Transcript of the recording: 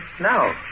now